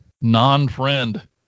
non-friend